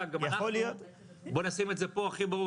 בוא נשים את זה פה הכי ברור,